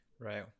Right